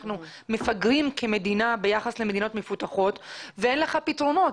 אנחנו כמדינה מפגרים ביחס למדינות מפותחות ואין לך פתרונות.